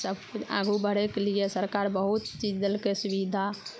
सब आगू बढ़ैके लिए सरकार बहुत चीज देलकै सुविधा